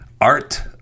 Art